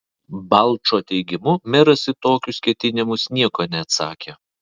balčo teigimu meras į tokius ketinimus nieko neatsakė